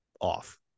off